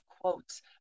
quotes